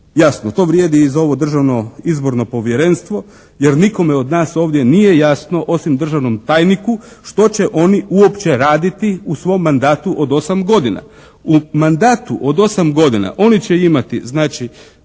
Jasno, to vrijedi i za ovo Državno izborno povjerenstvo jer nikome od nas ovdje nije jasno osim državnom tajniku što će oni uopće raditi u svom mandatu od 8 godina. U mandatu od 8 godina oni će imati znači